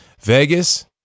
Vegas